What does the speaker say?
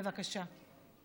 בבקשה.